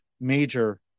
major